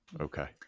Okay